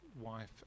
wife